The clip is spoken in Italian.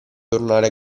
tornare